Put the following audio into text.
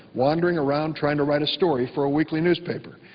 wandering around, trying to write a story for a weekly newspaper.